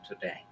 today